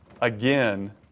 again